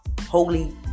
holy